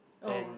and